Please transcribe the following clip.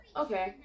okay